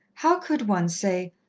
how could one say,